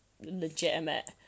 legitimate